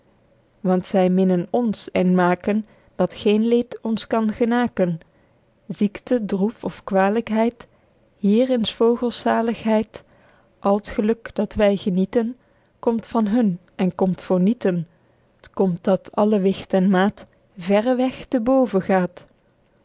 want zy minnen ons en maken dat geen leed ons kan genaken ziekte droef of kwalykheid hier in s vogels zaligheid al t geluk dat wy genieten komt van hun en komt voor nieten t komt dat t alle wigt en maet verre weg te boven gaet